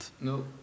No